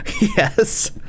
yes